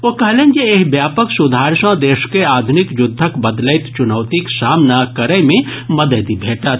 ओ कहलनि जे एहि व्यापक सुधार सँ देश के आधुनिक युद्धक बदलैत चुनौतीक सामना करय मे मददि भेटत